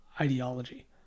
ideology